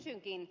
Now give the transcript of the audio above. kysynkin